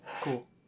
Cool